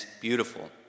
beautiful